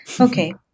okay